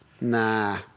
Nah